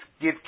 give